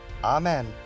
Amen